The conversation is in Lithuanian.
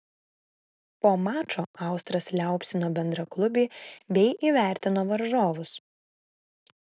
po mačo austras liaupsino bendraklubį bei įvertino varžovus